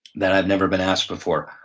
that i've never been asked before.